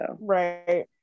Right